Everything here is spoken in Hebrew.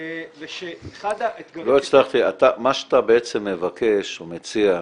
ושאחד האתגרים --- מה שאתה בעצם מבקש או מציע,